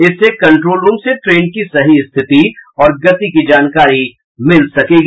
इससे कंट्रोलरूम से ट्रेन की सही स्थिति और गति की जानकारी मिल सकेगी